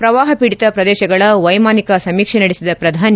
ಪ್ರವಾಹ ಪೀಡಿತ ಪ್ರದೇಶಗಳ ವೈಮಾನಿಕ ಸಮೀಕ್ಷೆ ನಡೆಸಿದ ಶ್ರಧಾನಿ